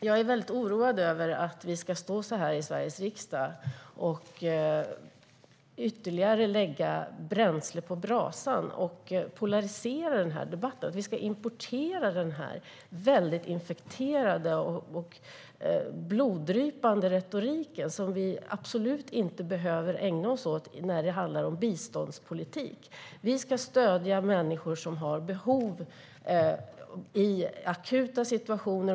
Jag är väldigt oroad över att vi ska stå så här i Sveriges riksdag och ytterligare lägga bränsle på brasan och polarisera den här debatten, att vi ska importera en infekterad och bloddrypande retorik som vi absolut inte behöver ägna oss åt när det handlar om biståndspolitik. Vi ska stödja människor som har behov i akuta situationer.